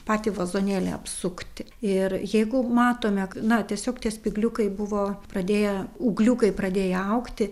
patį vazonėlį apsukti ir jeigu matome na tiesiog tie spygliukai buvo pradėję ūgliukai pradėję augti